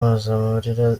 mpozamarira